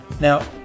Now